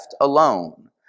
alone